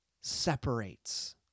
separates